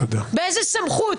באיזו סמכות?